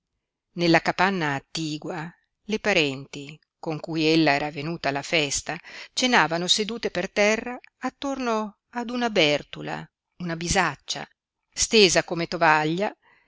nella capanna attigua le parenti con cui ella era venuta alla festa cenavano sedute per terra attorno ad una bertula stesa come tovaglia